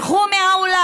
הם ברחו מהאולם.